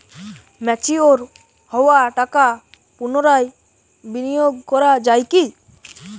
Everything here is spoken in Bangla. ম্যাচিওর হওয়া টাকা পুনরায় বিনিয়োগ করা য়ায় কি?